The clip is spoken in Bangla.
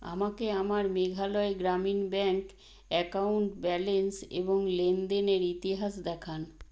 আমাকে আমার Meghalaya Gramin bank account balance এবং লেনদেনের ইতিহাস দেখান